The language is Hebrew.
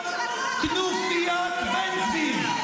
כנופיית בן גביר,